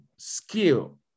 skill